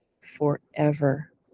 forever